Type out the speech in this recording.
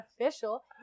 official